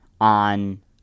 on